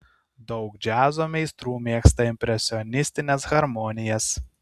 daug džiazo meistrų mėgsta impresionistines harmonijas